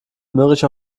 mürrisch